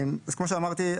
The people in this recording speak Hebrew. אז כמו שאמרתי,